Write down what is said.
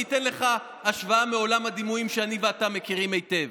אני אתן לך השוואה מעולם הדימויים שאני ואתה מכירים היטב: